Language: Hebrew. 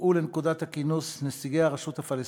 הובאו לנקודת הכינוס נציגי הרשות הפלסטינית,